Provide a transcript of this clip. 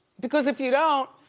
because if you don't,